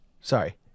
Sorry